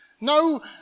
no